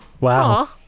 Wow